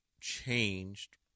changed